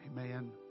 Amen